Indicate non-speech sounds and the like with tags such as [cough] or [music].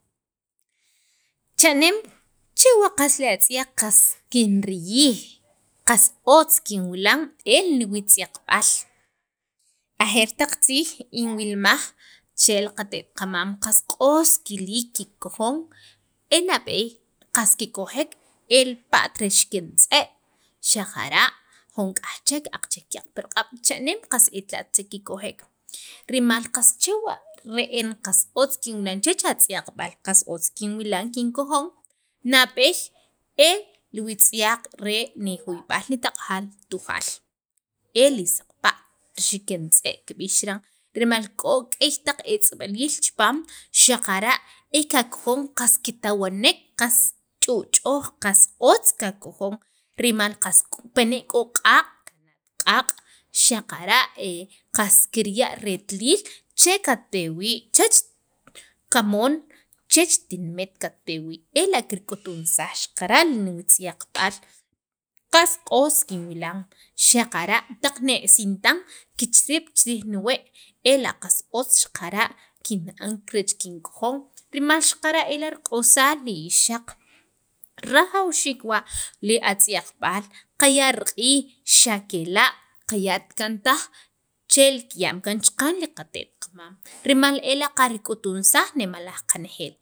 cha'neem chewa' qas re atz'yaq qas kinriyij qas otz kinwilan el wutz'yaqb'al ajeer taq tziij inwilmaj chel qate't qamam qas q'os kiliik kikojon e nab'eey qas kikojek el pa't xiken tz'e' xaqara' jun k'ay chek aqache' kyaq pir q'ab' cha'neem qas etla' chek kikojek rimal qas chewa' re'en qas otz kinwilan chech atz'yaqb'al qas otz kinwilan kinkojon nab'eey e li wutz'yaq re ni juyb'al taq'jal Tujaal e li saq pa't xiken tz'e' kib'ix chiran rimal chiran k'o k'ey taq etz'b'aliil chipaam xaqara' qas kitawnek qas ch'u'ch'oj qas otz kakojon rimal qast pina' k'o q'a' qana't q'a' xaqara' [hesitation] qas kirya' retiliil che katpe wii' chech kamoon, chech tinimet katpe wii' ela' kirk'utunsaj xaqara' niwutz'yaqb'al qas q'os kinwilan xaqara' taq nee' sintan kichirib' chi riij niwee' xaqara' kinna'an reech kinkojon rimal xaqara' ela' riq'osaal li ixaq rajawxiik b'la' li atz'yaqb'al qaya' riq'iij xa' kela' qaya't kaan taj chel kiya'am kaan chaqan li qate't qamam rimal ela' kajrik'utunsaj nemalaj qanejeel.